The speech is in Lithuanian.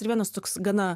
ir vienas toks gana